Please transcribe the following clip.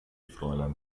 fräulein